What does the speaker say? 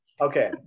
okay